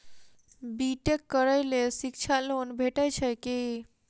B tech करै लेल शिक्षा लोन भेटय छै की?